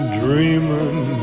dreaming